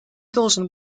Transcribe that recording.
должен